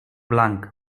blanc